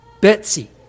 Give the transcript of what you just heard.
Betsy